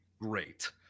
Great